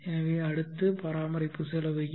எனவே அடுத்து பராமரிப்பு செலவு M